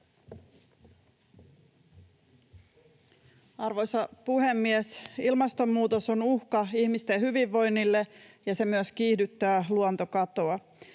Arvoisa puhemies! Ilmastonmuutos on uhka ihmisten hyvinvoinnille, ja se myös kiihdyttää luontokatoa.